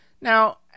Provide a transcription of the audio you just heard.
Now